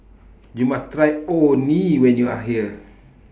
YOU must Try Orh Nee when YOU Are here